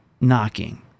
knocking